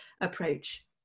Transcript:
approach